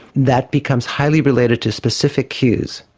that becomes highly related to specific cues,